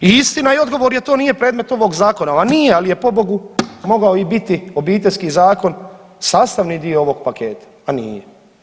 I istina je, odgovor je to nije predmet ovog zakona, ma nije, ali je pobogu mogao i biti Obiteljski zakon sastavni dio ovog paketa, a nije.